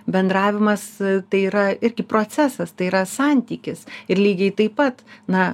bendravimas tai yra irgi procesas tai yra santykis ir lygiai taip pat na